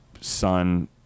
son